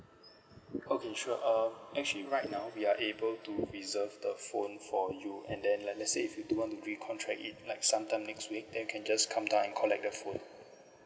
okay sure um actually right now we are able to reserve the phone for you and then like let's say if you do want to re-contract it like sometime next week then can just come down and collect the phone